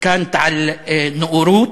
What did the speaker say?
על נאורות?